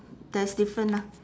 there's different ah